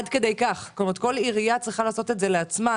כל עירייה צריכה לעשות את זה לעצמה.